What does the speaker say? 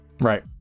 right